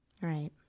Right